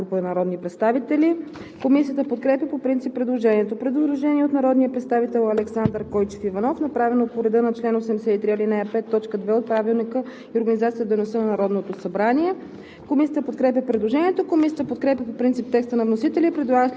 Предложение на народния представител Даниела Атанасова Дариткова-Проданова и група народни представители. Комисията подкрепя по принцип предложението. Предложение на народния представител Александър Койчев Иванов, направено по реда на чл. 83, ал. 5, т. 2 от Правилника за организацията и дейността на Народното събрание.